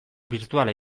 birtuala